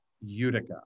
Utica